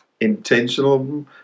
intentional